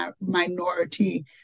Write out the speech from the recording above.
minority